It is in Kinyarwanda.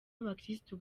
abakirisitu